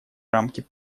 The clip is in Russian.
рамки